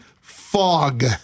fog